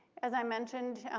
as i mentioned,